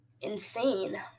insane